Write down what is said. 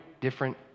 different